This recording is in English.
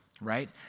right